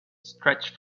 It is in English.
stretched